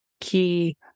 key